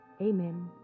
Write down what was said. Amen